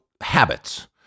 habits